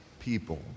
People